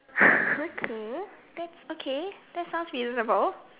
okay that's okay that sounds reasonable